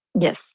Yes